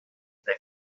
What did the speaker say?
lock